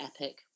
epic